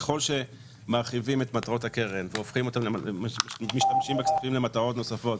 ככל שמרחיבים את מטרות הקרן ומשתמשים בכספים למטרות נוספות,